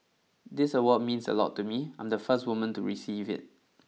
this award means a lot to me I'm the first woman to receive it